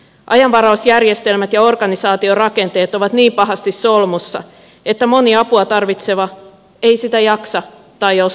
ajanvarausjärjestelmät ja organisaatiorakenteet ovat niin pahasti solmussa että moni apua tarvitseva ei sitä jaksa tai osaa hakea